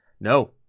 No